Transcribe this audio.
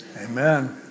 Amen